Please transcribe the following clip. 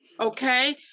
Okay